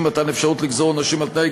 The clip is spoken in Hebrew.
מתן אפשרות לגזור עונשים על-תנאי,